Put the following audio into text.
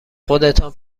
خودتان